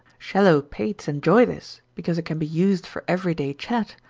shallow pates enjoy this because it can be used for every-day chat,